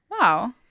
Wow